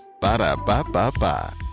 Ba-da-ba-ba-ba